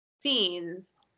scenes